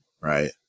Right